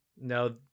No